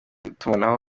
w’itumanaho